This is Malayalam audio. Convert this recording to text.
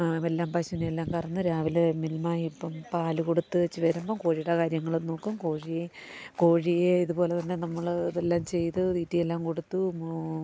എല്ലാം പശുവിനെയെല്ലാം കറന്ന് രാവിലെ മിൽമായില് പോയി പാല് കൊടുത്തേച്ച് വരുമ്പോള് കോഴിയുടെ കാര്യങ്ങളും നോക്കും കോഴി കോഴിയെ ഇതുപോലെത്തന്നെ നമ്മള് ഇതെല്ലാംചെയ്ത് തീറ്റിയെല്ലാം കൊടുത്ത്